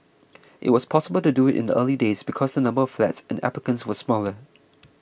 it was possible to do it in the early days because the number of flats and applicants were smaller